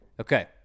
Okay